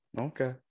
okay